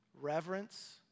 reverence